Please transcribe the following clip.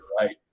right